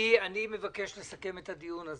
אני מבקש לסכם את הדיון הזה.